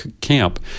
camp